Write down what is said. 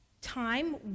time